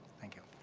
thank you.